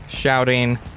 shouting